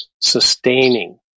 sustaining